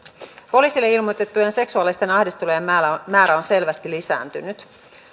poliisille ilmoitettujen seksuaalisten ahdistelujen määrä on määrä on selvästi lisääntynyt